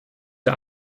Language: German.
der